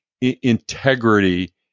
integrity